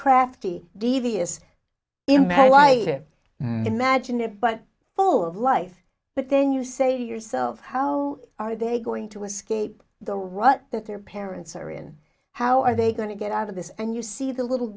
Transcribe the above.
crafty devious imagine why imagine it but full of life but then you say to yourself how are they going to escape the rut that their parents are in how are they going to get out of this and you see the little